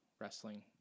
wrestling